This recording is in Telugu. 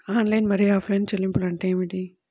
ఆన్లైన్ మరియు ఆఫ్లైన్ చెల్లింపులు అంటే ఏమిటి?